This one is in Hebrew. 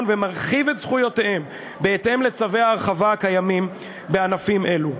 ומרחיב את זכויותיהם בהתאם לצווי ההרחבה הקיימים בענפים אלו.